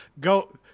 go